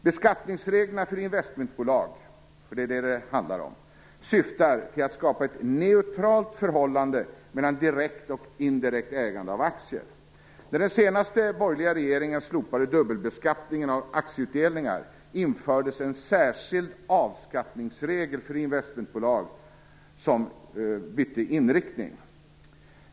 Beskattningsreglerna för investmentbolag syftar till att skapa ett neutralt förhållande mellan direkt och indirekt ägande av aktier. När den senaste borgerliga regeringen slopade dubbelbeskattningen av aktieutdelningar infördes en särskild avskattningsregel för investmentbolag som byter inriktning.